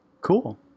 Cool